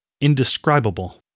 indescribable